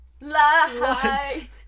light